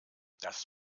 das